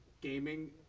gaming